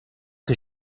que